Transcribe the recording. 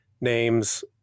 names